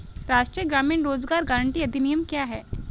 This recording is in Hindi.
राष्ट्रीय ग्रामीण रोज़गार गारंटी अधिनियम क्या है?